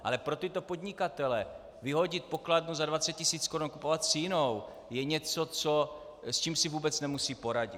Ale pro tyto podnikatele vyhodit pokladnu za 20 tis. korun a kupovat si jinou je něco, s čím si vůbec nemusí poradit.